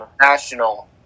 National